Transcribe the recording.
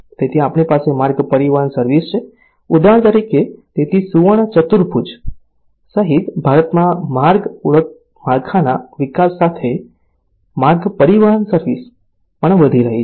તેથી આપણી પાસે માર્ગ પરિવહન સર્વિસ છે ઉદાહરણ તરીકે તેથી સુવર્ણ ચતુર્ભુજ સહિત ભારતમાં માર્ગ માળખાના વિકાસ સાથે માર્ગ પરિવહન સર્વિસ પણ વધી રહી છે